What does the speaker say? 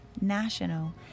national